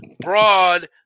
broad